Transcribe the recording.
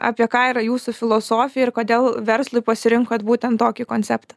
apie ką yra jūsų filosofija ir kodėl verslui pasirinkot būtent tokį konceptą